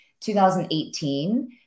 2018